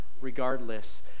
regardless